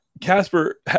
casper